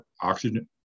oxygen